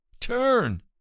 Turn